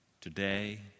today